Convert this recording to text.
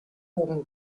oben